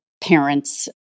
parents